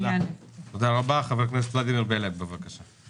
האם 950 מיליון השקלים שנשארו שם